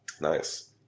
Nice